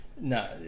No